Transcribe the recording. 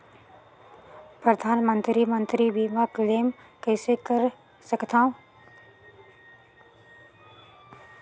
परधानमंतरी मंतरी बीमा क्लेम कइसे कर सकथव?